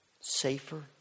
safer